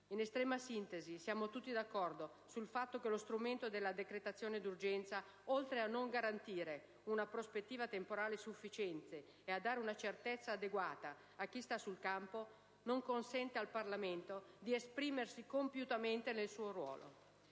In estrema sintesi, siamo tutti l'accordo sul fatto che lo strumento della decretazione d'urgenza, oltre a non garantire una prospettiva temporale sufficiente e a non dare una certezza adeguata a chi sta sul campo, non consente al Parlamento di esprimersi compiutamente nel proprio ruolo.